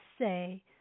say